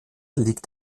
liegt